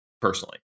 personally